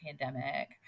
pandemic